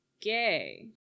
gay